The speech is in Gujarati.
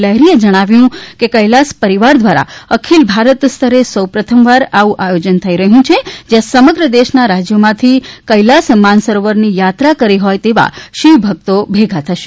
લહેરીએ જણાવ્યું કે કૈલાસ પરિવાર દ્વારા અખિલ ભારતીય સ્તરે સૌપ્રથમ આયોજન થઈ રહ્યું છે કે જ્યાં સમગ્ર દેશનાં રાજ્યોમાંથી કૈલાસ માનસરોવરની યાત્રા કરી હોય તેવા શિવભક્તો ભેગા થશે